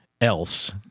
else